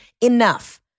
Enough